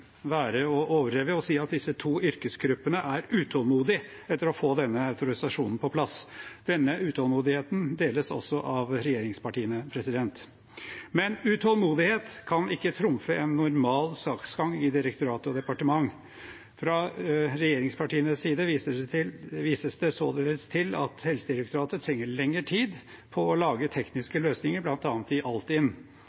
være å overdrive å si at disse to yrkesgruppene er utålmodige etter å få denne autorisasjonen på plass. Denne utålmodigheten deles også av regjeringspartiene. Men utålmodighet kan ikke trumfe en normal saksgang i direktorat og departement. Fra regjeringspartienes side vises det således til at Helsedirektoratet trenger lengre tid på å lage